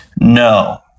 No